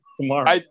tomorrow